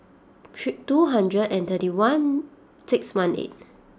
two hundred and thirty one six one eight